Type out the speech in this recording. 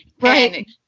Right